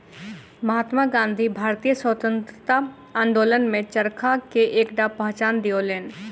महात्मा गाँधी भारतीय स्वतंत्रता आंदोलन में चरखा के एकटा पहचान दियौलैन